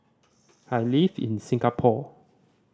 I live in Singapore